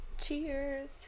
cheers